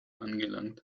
angelangt